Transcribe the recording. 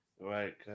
right